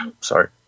sorry